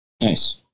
Nice